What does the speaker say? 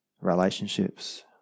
Relationships